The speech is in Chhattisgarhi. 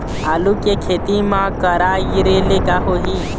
आलू के खेती म करा गिरेले का होही?